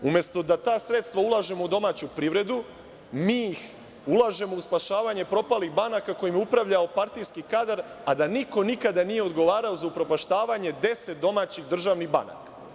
Umesto da ta sredstva ulažemo u domaću privredu, mi ih ulažemo u spašavanje propalih banaka kojim je upravljao partijski kadar, a da niko nikada nije odgovarao za upropaštavanje 10 domaćih državnih banaka.